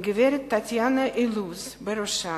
עם גברת טטיאנה אילוז בראשם,